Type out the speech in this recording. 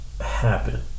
happen